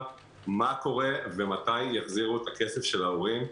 מה קורה ומתי יחזירו את הכסף של ההורים.